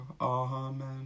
Amen